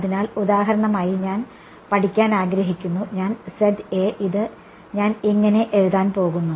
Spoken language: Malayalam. അതിനാൽ ഉദാഹരണമായി ഞാൻ പഠിക്കാൻ ആഗ്രഹിക്കുന്നു ഞാൻ ഇത് ഞാൻ ഇങ്ങനെ എഴുതാൻപോകുന്നു